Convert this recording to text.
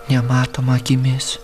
nematoma akimis